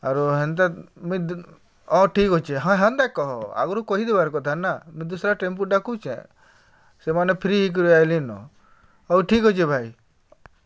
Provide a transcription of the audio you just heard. ଆରୁ ହେନ୍ତା ମୁଇଁ ହଁ ଠିକ୍ ଅଛେ ହଁ ହେନ୍ତା ନାଇଁ କହ ଆଗ୍ରୁ କହିଦେବାର୍ କଥା ନା ମୁଇଁ ଦୁସ୍ରା ଟେମ୍ପୁ ଡାକୁଚେଁ ସେମାନେ ଫ୍ରି ହେଇକିରି ଆଇଲେନ ହଉ ଠିକ୍ ଅଛେ ଭାଇ